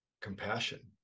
compassion